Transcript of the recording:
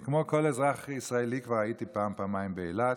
וכמו כל אזרח ישראלי כבר הייתי פעם, פעמיים באילת,